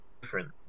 different